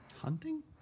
Hunting